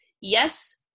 yes